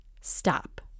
stop